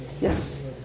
Yes